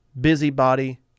busybody